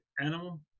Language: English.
animal